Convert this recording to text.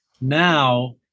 now